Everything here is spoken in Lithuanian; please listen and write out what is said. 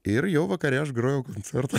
ir jau vakare aš grojau koncertą